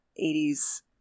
80s